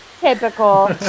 typical